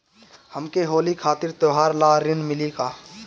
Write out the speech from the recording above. हमके होली खातिर त्योहार ला ऋण मिली का?